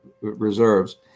reserves